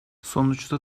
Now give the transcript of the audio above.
sonuçta